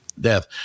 Death